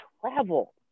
travel